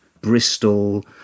Bristol